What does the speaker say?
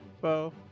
bow